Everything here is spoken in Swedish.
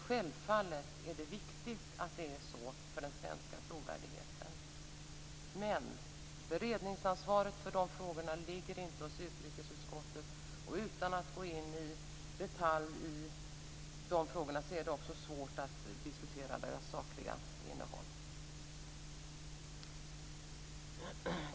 Självfallet är det viktigt att det är så för den svenska trovärdigheten. Beredningsansvaret för de frågorna ligger inte hos utrikesutskottet. Utan att gå in i detalj i frågorna är det svårt att diskutera sakinnehållet.